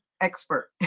expert